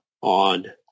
on